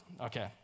Okay